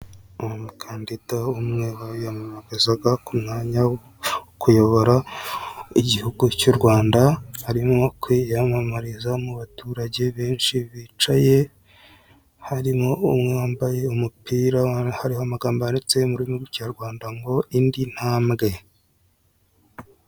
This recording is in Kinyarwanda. Umukandida umwe wiyamamarizaga ku mwanya wo kuyobora igihugu cy'u Rwanda, arimo kwiyamamariza mu baturage benshi bicaye, harimo umwe wambaye umupira hariho amagambo yanditseho mu rurimi rw'ikinyarwanda ngo "indi ntambwe".